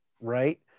right